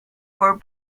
for